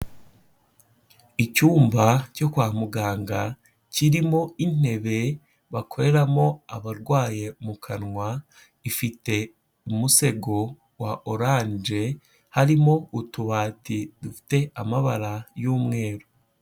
Icyumba cyo kwa muganga kirimo intebe bakoreramo abarwaye mu kanwa, ifite umusego wa oranje, harimo utubati dufite amabara y'umweru.